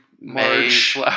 March